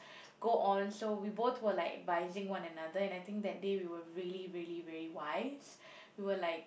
go on so we both were like advising one another and I think that day we were really really very wise we were like